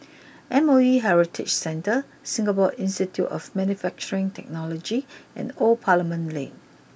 M O E Heritage Centre Singapore Institute of Manufacturing Technology and Old Parliament Lane